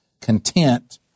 content